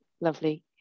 lovely